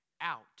out